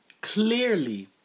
clearly